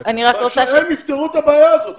שהם יפתרו את הבעיה הזאת.